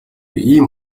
ийм